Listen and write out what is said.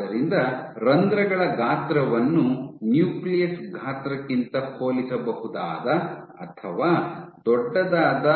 ಆದ್ದರಿಂದ ರಂಧ್ರಗಳ ಗಾತ್ರವನ್ನು ನ್ಯೂಕ್ಲಿಯಸ್ ಗಾತ್ರಕ್ಕಿಂತ ಹೋಲಿಸಬಹುದಾದ ಅಥವಾ ದೊಡ್ಡದಾದ